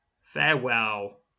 farewell